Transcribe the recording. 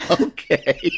Okay